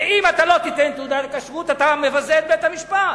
ואם לא תיתן תעודת כשרות אתה מבזה את בית-המשפט.